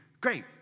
Great